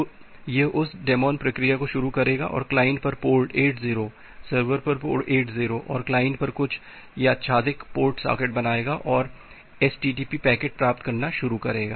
तो यह उस डेमॉन प्रक्रिया को शुरू करेगा और क्लाइंट पर पोर्ट 80 सर्वर पर पोर्ट 80 और क्लाइंट पर कुछ यादृच्छिक पोर्ट सॉकेट बनाएगा और http पैकेट प्राप्त करना शुरू करेगा